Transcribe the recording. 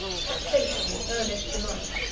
taxation furnished the money.